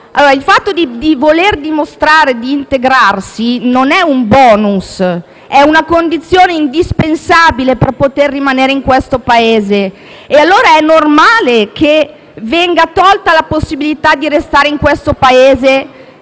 Il fatto di dimostrare di volersi integrarsi è non un *bonus*, ma condizione indispensabile per poter rimanere nel nostro Paese. Allora è normale che venga tolta la possibilità di restare in questo Paese,